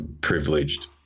privileged